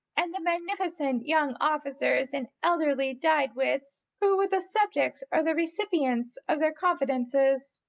and the magnificent young officers and elderly dyed wits who were the subjects or the recipients of their confidences,